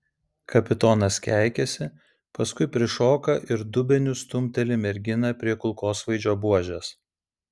kapitonas keikiasi paskui prišoka ir dubeniu stumteli merginą prie kulkosvaidžio buožės